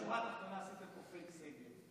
בשורה התחתונה עשיתם פה פייק סגר.